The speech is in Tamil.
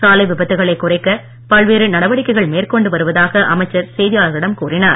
சாலை விபத்துகளைக் பல்வேறு குறைக்க நடவடிக்கைகள் மேற்கொண்டு வருவதாக அமைச்சர் செய்தியாளர்களிடம் கூறினார்